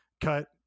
cut